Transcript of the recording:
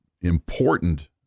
important